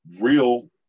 real